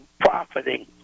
profiting